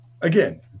again